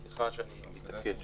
סליחה שאני מתעקש,